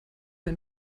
ein